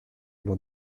m’en